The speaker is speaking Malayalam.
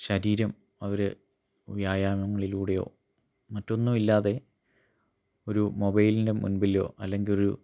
ശരീരം അവർ വ്യായാമങ്ങളിലൂടെയോ മറ്റൊന്നുമില്ലാതെ ഒരു മൊബൈലിൻ്റെ മുൻപിലൊ അല്ലങ്കിൽ ഒരു